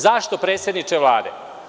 Zašto, predsedniče Vlade?